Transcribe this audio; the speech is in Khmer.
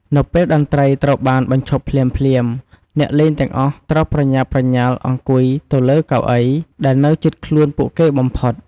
នៅពេលតន្ត្រីត្រូវបាន បញ្ឈប់ភ្លាមៗ អ្នកលេងទាំងអស់ត្រូវប្រញាប់ប្រញាល់អង្គុយទៅលើកៅអីដែលនៅជិតខ្លួនពួកគេបំផុត។